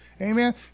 Amen